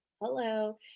Hello